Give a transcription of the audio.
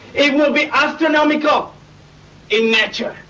it will be astronomical in nature.